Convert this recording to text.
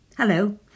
Hello